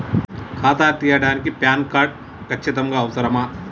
ఖాతా తీయడానికి PAN card ఖచ్చితంగా అవసరమా?